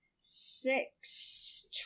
Six